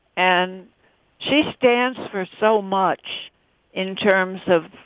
and she stands for so much in terms of.